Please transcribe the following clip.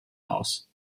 aus